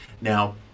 Now